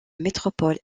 métropole